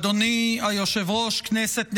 אדוני היושב-ראש, כנסת נכבדה,